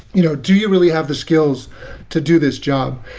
you know do you really have the skills to do this job?